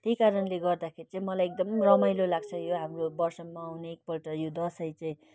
त्यही कारणले गर्दाखेरि चाहिँ मलाई एकदम रमाइलो लाग्छ यो हाम्रो वर्षमा आउने एक पल्ट यो दसैँ चाहिँ